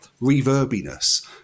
reverbiness